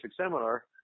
seminar